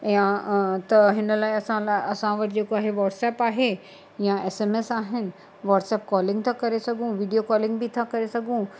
या त हिन लाइ असां लाइ असां वटि जेको आहे व्हॉट्सप आहे या एस एम एस आहिनि व्हॉट्सप कॉलिंग था करे सघूं वीडियो कॉलिंग बि था करे सघूं